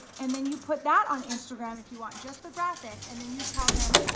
and then you put that on instagram, if you want just the graphic and then you tell them,